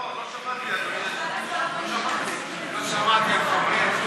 לא, לא שמעתי, אדוני היושב-ראש.